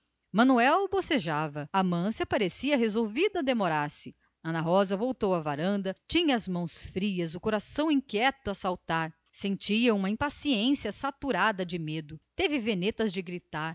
manuel bocejava amância parecia resolvida a não sair ana rosa voltou à varanda tinha as mãos frias o coração queria saltar lhe de dentro sentia uma impaciência saturada de medo seu desejo era gritar